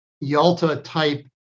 Yalta-type